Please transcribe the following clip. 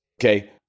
okay